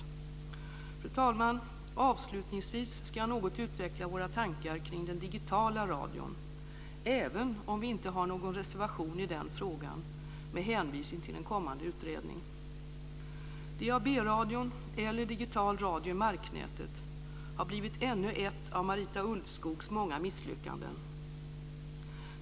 Fru talman! Avslutningsvis ska jag något utveckla våra tankar kring den digitala radion, även om vi inte har någon reservation i den frågan med hänvisning till en kommande utredning. DAB-radion, eller digital radio i marknätet, har blivit ännu ett av Marita Ulvskogs många misslyckanden.